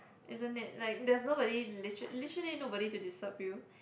isn't it like there's nobody literally literally nobody to disturb you